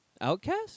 Outcast